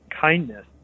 kindness